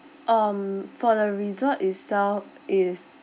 um for the resort itself is